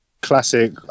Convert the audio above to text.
classic